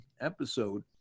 episode